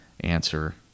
Answer